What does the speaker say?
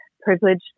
privilege